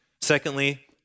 Secondly